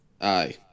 Aye